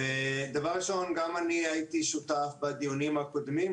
גם אני הייתי שותף בדיונים הקודמים,